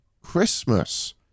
Christmas